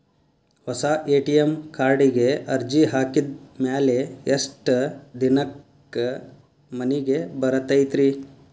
ಹೊಸಾ ಎ.ಟಿ.ಎಂ ಕಾರ್ಡಿಗೆ ಅರ್ಜಿ ಹಾಕಿದ್ ಮ್ಯಾಲೆ ಎಷ್ಟ ದಿನಕ್ಕ್ ಮನಿಗೆ ಬರತೈತ್ರಿ?